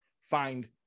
find